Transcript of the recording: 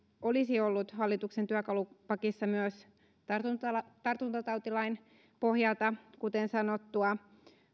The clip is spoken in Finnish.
olisi ollut hallituksen työkalupakissa myös tartuntatautilain pohjalta kuten sanottua